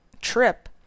trip